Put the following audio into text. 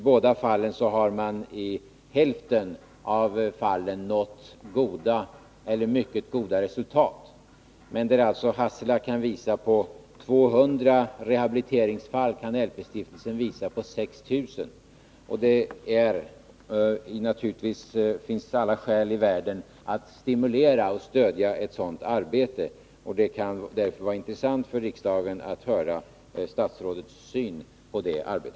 Båda har ungefär i hälften av fallen nått goda eller mycket goda resultat. Men där Hassela har visat på 200 rehabiliteringsfall, kan LP-stiftelsen alltså visa på 6 000. Det finns naturligtvis alla skäl i världen att stimulera och stödja sådant arbete. Det kan därför vara intressant för riksdagen att få höra statsrådets syn på detta arbete.